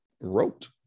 wrote